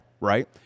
right